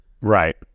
Right